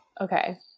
okay